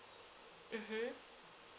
mmhmm